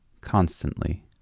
constantly